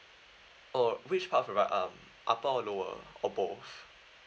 oh which part of that um upper or lower or both